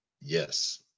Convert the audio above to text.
yes